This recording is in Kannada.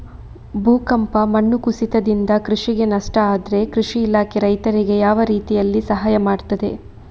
ಭೂಕಂಪ, ಮಣ್ಣು ಕುಸಿತದಿಂದ ಕೃಷಿಗೆ ನಷ್ಟ ಆದ್ರೆ ಕೃಷಿ ಇಲಾಖೆ ರೈತರಿಗೆ ಯಾವ ರೀತಿಯಲ್ಲಿ ಸಹಾಯ ಮಾಡ್ತದೆ?